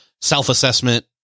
self-assessment